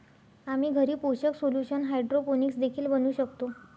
आम्ही घरी पोषक सोल्यूशन हायड्रोपोनिक्स देखील बनवू शकतो